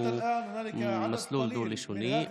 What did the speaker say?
שהוא מסלול דו-לשוני.